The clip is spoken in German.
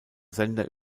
sender